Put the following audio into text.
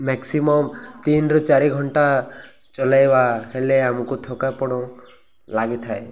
maximum ତିନିରୁ ଚାରି ଘଣ୍ଟା ଚଲାଇବା ହେଲେ ଆମକୁ ଥକାପଣ ଲାଗିଥାଏ